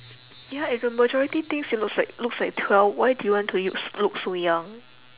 ya if the majority thinks you looks like looks like twelve why do you want to us~ look so young